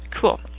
cool